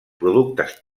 productes